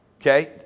Okay